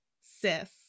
sis